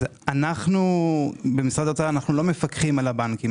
אנחנו במשרד האוצר לא מפקחים על הבנקים.